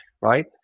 right